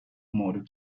mother